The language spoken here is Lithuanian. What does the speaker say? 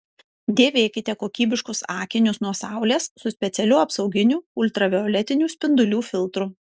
dėvėkite kokybiškus akinius nuo saulės su specialiu apsauginiu ultravioletinių spindulių filtru